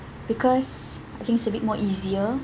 because I think it's a bit more easier